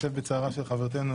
משתתף בצערה של חברתנו,